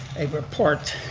a report,